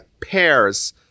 pairs